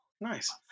Nice